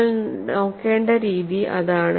നിങ്ങൾ നോക്കേണ്ട രീതി അതാണ്